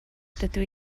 dydw